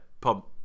pump